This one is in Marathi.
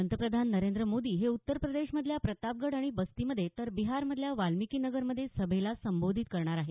पंतप्रधान नरेंद्र मोदी हे उत्तर प्रदेशमधल्या प्रतापगड आणि बस्तीमध्ये तर बिहारमधल्या वाल्मिकीनगरमधे सभेला संबोधित करणार आहेत